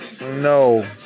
no